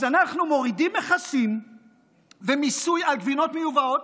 אז אנחנו מורידים מכסים ומיסוי על גבינות מיובאות,